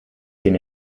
den